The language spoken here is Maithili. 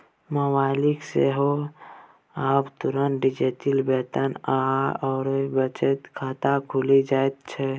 मोबाइल सँ सेहो आब तुरंत डिजिटल वेतन आओर बचत खाता खुलि जाइत छै